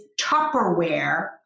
Tupperware